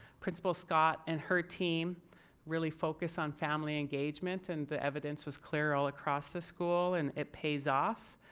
principal scott and her team really focus on family engagement and the evidence was clear all across the school and it pays off.